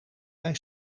bij